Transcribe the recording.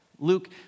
Luke